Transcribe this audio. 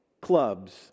clubs